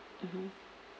mmhmm